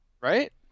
Right